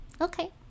Okay